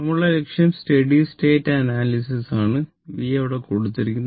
V ഇവിടെ കൊടുത്തിരിക്കുന്നു